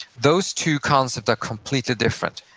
those two concepts are completely different.